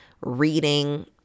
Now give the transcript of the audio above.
reading